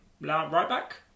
right-back